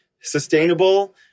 sustainable